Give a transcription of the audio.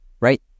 right